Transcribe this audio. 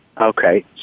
Okay